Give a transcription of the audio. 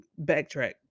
backtrack